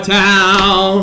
town